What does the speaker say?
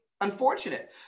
unfortunate